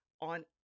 on